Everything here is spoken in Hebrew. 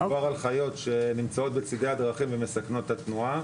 מדובר על חיות שנמצאות בצידי הדרכים ומסכנות את התנועה,